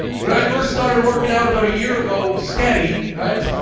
when i first started working out about a year ago, steady, right,